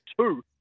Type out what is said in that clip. two